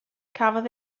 cafodd